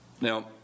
Now